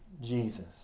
Jesus